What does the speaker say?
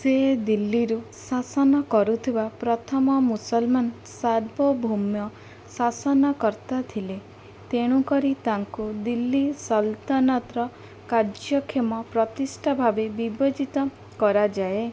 ସେ ଦିଲ୍ଲୀରୁ ଶାସନ କରୁଥିବା ପ୍ରଥମ ମୁସଲମାନ୍ ସାର୍ବଭୂମ୍ୟ ଶାସନକର୍ତ୍ତା ଥିଲେ ତେଣୁ କରି ତାଙ୍କୁ ଦିଲ୍ଲୀ ସଲତନତ୍ର କାର୍ଯ୍ୟକ୍ଷମ ପ୍ରତିଷ୍ଠା ଭାବେ ବିବେଚିତ କରାଯାଏ